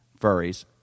furries